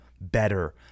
better